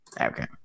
Okay